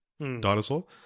dinosaur